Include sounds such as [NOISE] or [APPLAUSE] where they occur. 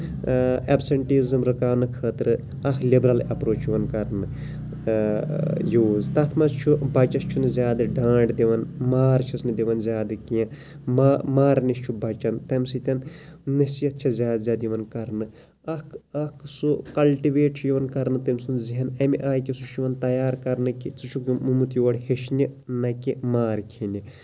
absenteeism رُکاونہٕ خٲطرٕ اکھ لِبرَل ایپروچ یِوان کرنہٕ یوٗز تَتھ منٛز چھُ بَچَس چھُنہٕ زیادٕ ڈانٹ دِوان مار چھِس نہٕ زیادٕ دِوان کیٚنہہ ما مارٕنِش چھُ بَچان تَمہِ سۭتۍ نٔصیحت چھِ زیادٕ زیادٕ یِوان کرنہٕ اکھ اکھ سُہ کَلٹِویٹ چھُ یِوان کرنہٕ تٔمۍ سُند ذہن اَمہِ آیہِ کہِ سُہ چھ یِوان تَیار کرنہٕ کہِ ژٕ چھُکھ [UNINTELLIGIBLE] یور ہیٚچھنہِ نہ کہِ مار کھیٚنہِ